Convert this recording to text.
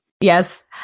yes